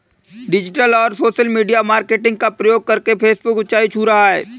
digital और social media marketing का प्रयोग करके फेसबुक ऊंचाई छू रहा है